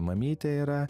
mamytė yra